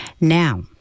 now